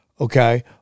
Okay